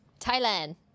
Thailand